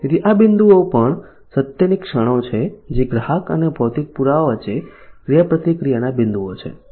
તેથી આ બિંદુઓ પણ સત્યની ક્ષણો છે જે ગ્રાહક અને ભૌતિક પુરાવા વચ્ચે ક્રિયાપ્રતિક્રિયાના બિંદુઓ છે